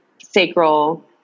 sacral